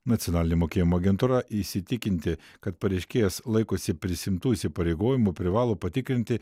nacionalinė mokėjimo agentūra įsitikinti kad pareiškėjas laikosi prisiimtų įsipareigojimų privalo patikrinti